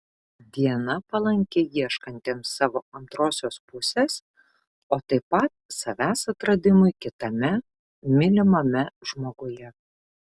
diena palanki ieškantiems savo antrosios pusės o taip pat savęs atradimui kitame mylimame žmoguje